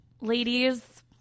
Ladies